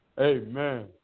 amen